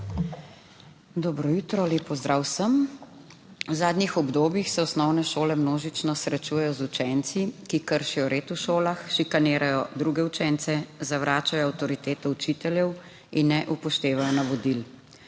Dobro jutro. Lep pozdrav vsem! V zadnjih obdobjih se osnovne šole množično srečujejo z učenci, ki kršijo red v šolah, šikanirajo druge učence, zavračajo avtoriteto učiteljev in ne upoštevajo navodil.